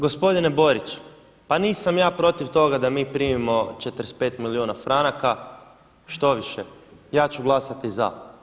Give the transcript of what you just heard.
Gospodine Borić, pa nisam ja protiv toga da mi primimo 45 milijuna franaka, štoviše, ja ću glasati za.